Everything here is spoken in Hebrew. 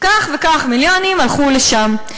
כך וכך מיליונים הלכו לשם,